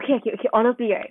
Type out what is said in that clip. okay okay okay honestly right